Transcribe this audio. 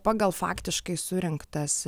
pagal faktiškai surinktas